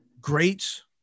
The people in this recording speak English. greats